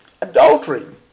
adultery